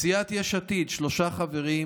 סיעת יש עתיד, שלושה חברים: